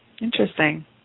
Interesting